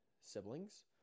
siblings